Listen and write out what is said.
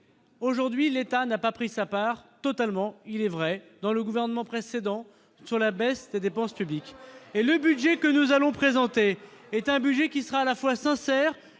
aujourd'hui, l'État n'a pas pris sa part totalement, il est vrai dans le gouvernement précédent sur la baisse des dépenses publiques et le budget que nous allons présenter est un budget qui sera à la fois sincère,